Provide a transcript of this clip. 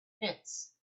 pits